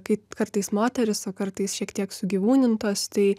kaip kartais moterys o kartais šiek tiek sugyvūnintos tai